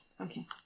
okay